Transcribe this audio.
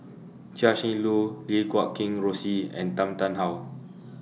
Chia Shi Lu Lim Guat Kheng Rosie and Tan Tarn How